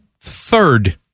third